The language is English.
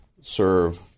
serve